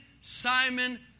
Simon